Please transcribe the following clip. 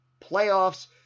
playoffs